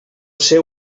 ser